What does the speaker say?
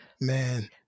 Man